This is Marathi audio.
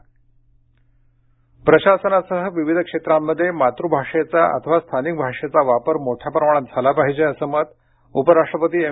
मातृभाषा वापर प्रशासनासह विविध क्षेत्रांमध्ये मातूभाषेचा अथवा स्थानिक भाषेचा वापर मोठ्या प्रमाणात झाला पाहिजे असं मत उपराष्ट्रपती एम